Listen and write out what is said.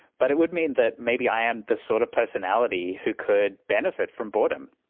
but it would mean that maybe i am the sort of personality who could benefit from boredom.